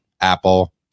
Apple